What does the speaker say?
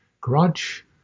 grudge